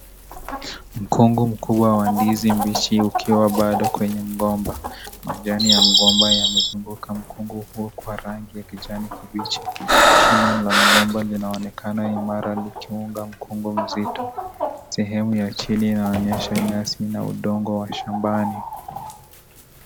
Mkungu mkubwa wa ndizi mbichi ukiwa bado kwenye mgomba , majani ya mgomba yamezunguka mkungu huo kwa rangi ya kijani kibichi shina la mgomba linaonekana imara likiunga mkungu mzito. Sehemu ya chini inaonyesha nyasi na udongo wa shambani.